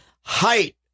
height